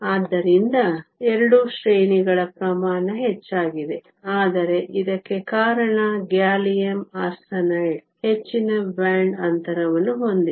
ಆದ್ದರಿಂದ 2 ಶ್ರೇಣಿ ಗಳ ಪ್ರಮಾಣ ಹೆಚ್ಚಾಗಿದೆ ಆದರೆ ಇದಕ್ಕೆ ಕಾರಣ ಗ್ಯಾಲಿಯಮ್ ಆರ್ಸೆನೈಡ್ ಹೆಚ್ಚಿನ ಬ್ಯಾಂಡ್ ಅಂತರವನ್ನು ಹೊಂದಿದೆ